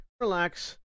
relax